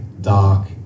dark